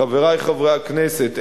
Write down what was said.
חברי חברי הכנסת,